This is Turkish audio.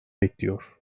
bekliyor